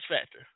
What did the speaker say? factor